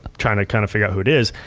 trying to kind of figure out who it is,